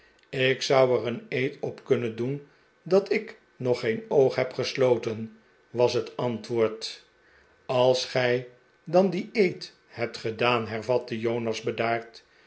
ik zou er een eed op kunnen doen dat ik nog geen oog neb gesloten was het antwoord als gij dan dien eed hebt gedaan hervatte jonas bedaard